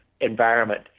environment